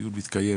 הדיון מתקיים